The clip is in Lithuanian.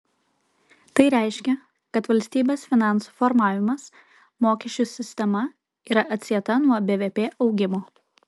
tai reiškia kad valstybės finansų formavimas mokesčių sistema yra atsieta nuo bvp augimo